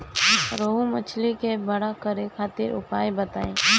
रोहु मछली के बड़ा करे खातिर उपाय बताईं?